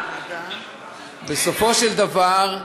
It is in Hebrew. בסופו של דבר,